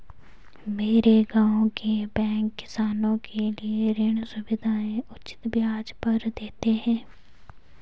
मेरे गांव के बैंक किसानों के लिए ऋण सुविधाएं उचित ब्याज पर देते हैं